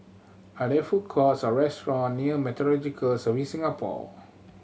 are there food courts or restaurant near Meteorological Services Singapore